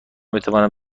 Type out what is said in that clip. بتوانم